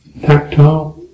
tactile